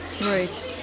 Right